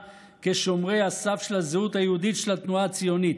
כשומרי הסף של הזהות היהודית של התנועה הציונית.